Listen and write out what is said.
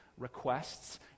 requests